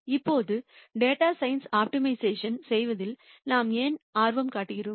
இப்போது டேட்டா சயின்ஸ்ல் ஆப்டிமைசேஷன் செய்வதில் நாம் ஏன் ஆர்வம் காட்டுகிறோம்